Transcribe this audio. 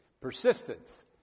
Persistence